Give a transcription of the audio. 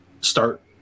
start